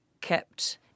kept